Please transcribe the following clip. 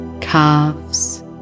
calves